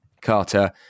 Carter